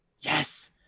yes